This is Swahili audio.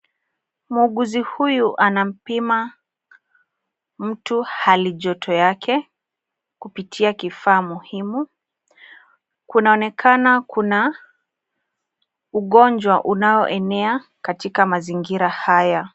Muuguzi huyu anampima mtu halijoto yake kupitia kifaamuhimu. Kunaonekana kuna ugonjwa unaoenea katika mazingira haya.